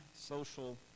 social